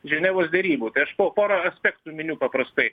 ženevos derybų tai aš po porą aspektų miniu paprastai